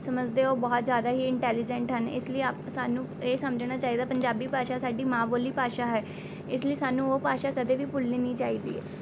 ਸਮਝਦੇ ਹੈ ਓਹ ਬਹੁਤ ਜ਼ਿਆਦਾ ਹੀ ਇੰਟੈਲੀਜੈਂਟ ਹਨ ਇਸ ਲਈ ਆਪ ਸਾਨੂੰ ਇਹ ਸਮਝਣਾ ਚਾਹੀਦਾ ਪੰਜਾਬੀ ਭਾਸ਼ਾ ਸਾਡੀ ਮਾਂ ਬੋਲੀ ਭਾਸ਼ਾ ਹੈ ਇਸ ਲਈ ਸਾਨੂੰ ਉਹ ਭਾਸ਼ਾ ਕਦੇ ਵੀ ਭੁੱਲਣੀ ਨਹੀਂ ਚਾਹੀਦੀ